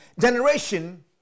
generation